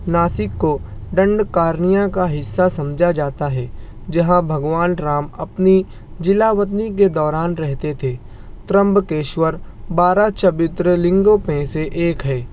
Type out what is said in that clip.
ناسک کو ڈنڈ کارنیا کا حصہ سمجھا جاتا ہے جہاں بھگوان رام اپنی جلا وطنی کے دوران رہتے تھے ترمبکیشور بارہ چبیترہ لنگوں میں سے ایک ہے